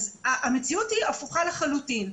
אז המציאות הפוכה לחלוטין.